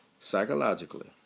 psychologically